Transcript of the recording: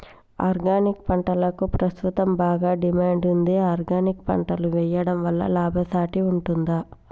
Organic పంటలకు ప్రస్తుతం బాగా డిమాండ్ ఉంది ఆర్గానిక్ పంటలు వేయడం వల్ల లాభసాటి ఉంటుందా?